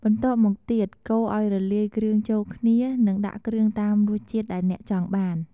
បន្ទាប់មកទៀត កូរឱ្យរលាយគ្រឿងចូលគ្នា និងដាក់គ្រឿងតាមរសជាតិដែលអ្នកចង់បាន។